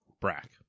Brack